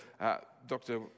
Dr